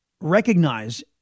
recognize